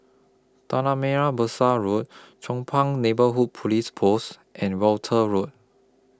Tanah Merah Besar Road Chong Pang Neighbourhood Police Post and Walton Road